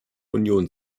union